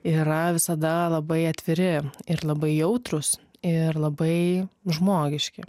yra visada labai atviri ir labai jautrūs ir labai žmogiški